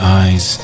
eyes